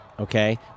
Okay